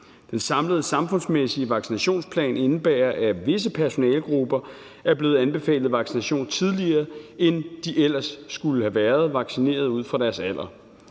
Den samlede samfundsmæssige vaccinationsplan indebærer, at visse personalegrupper er blevet anbefalet vaccination tidligere, end de ellers skulle have været vaccineret ud fra deres alder.